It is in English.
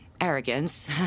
arrogance